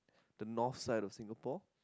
the North side of Singapore